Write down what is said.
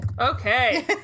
Okay